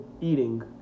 eating